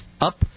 up